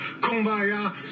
kumbaya